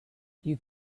you